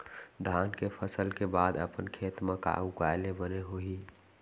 धान के फसल के बाद अपन खेत मा का उगाए ले बने होही?